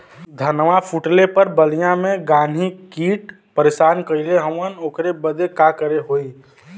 धनवा फूटले पर बलिया में गान्ही कीट परेशान कइले हवन ओकरे बदे का करे होई?